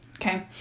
Okay